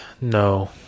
No